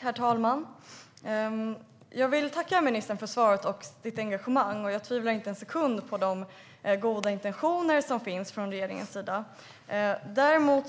Herr talman! Jag vill tacka ministern för detta och för hennes engagemang. Jag tvivlar inte en sekund på regeringens goda intentioner. Däremot